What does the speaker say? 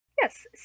Yes